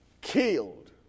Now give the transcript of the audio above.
Killed